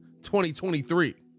2023